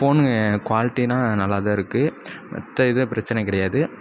phone குவாலிட்டினால் நல்லாதான் இருக்குது மற்ற எதுவும் பிரச்சின கிடையாது